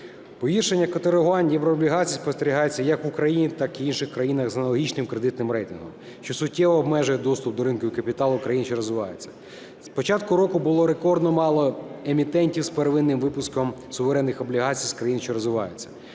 Погіршення котирувань єврооблігацій спостерігається як в Україні, так і в інших країнах з аналогічним кредитним рейтингом, що суттєво обмежує доступ до ринків капіталу країн, що розвиваються. З початку року було рекордно мало емітентів з первинним випуском суверенних облігацій з країн, що розвиваються.